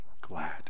glad